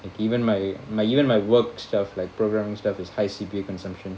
and even my my even my work stuff like programming stuff is high C_P_U consumption